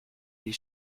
les